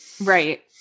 Right